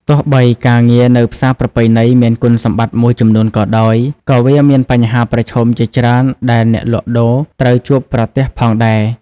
ទោះបីការងារនៅផ្សារប្រពៃណីមានគុណសម្បត្តិមួយចំនួនក៏ដោយ ក៏វាមានបញ្ហាប្រឈមជាច្រើនដែលអ្នកលក់ដូរត្រូវជួបប្រទះផងដែរ។